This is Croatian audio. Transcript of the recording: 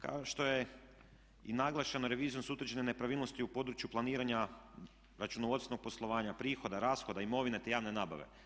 Kao što je i naglašeno revizijom su utvrđene nepravilnosti u području planiranja računovodstvenog poslovanja prihoda, rashoda, imovine te javne nabave.